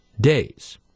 days